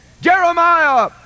Jeremiah